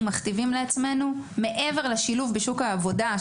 מכתיבים לעצמנו מעבר לשילוב בשוק העבודה,